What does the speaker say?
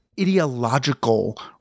ideological